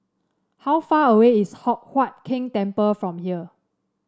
how far away is Hock Huat Keng Temple from here